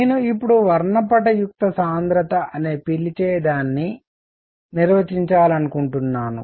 నేను ఇప్పుడు వర్ణపటయుక్త సాంద్రత అని పిలిచేదాన్ని నిర్వచించాలనుకుంటున్నాను